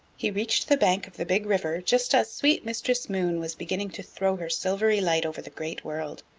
he reached the bank of the big river just as sweet mistress moon was beginning to throw her silvery light over the great world.